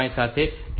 5 સાથે તે ત્યાં છે